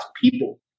people